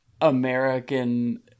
american